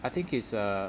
I think it's a